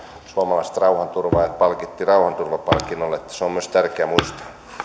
suomalaiset rauhanturvaajat palkittiin rauhanturvapalkinnolla se on myös tärkeää muistaa